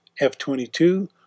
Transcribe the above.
f22